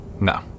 No